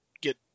get